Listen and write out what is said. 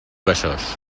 besòs